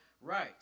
right